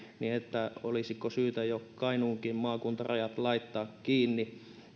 niin olisiko syytä jo kainuunkin maakuntarajat laittaa kiinni